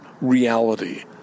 reality